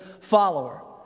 follower